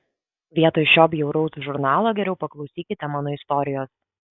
vietoj šio bjauraus žurnalo geriau paklausykite mano istorijos